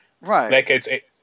Right